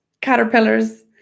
caterpillars